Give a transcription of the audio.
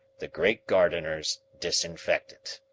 the great gardener's disinfectant.